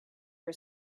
for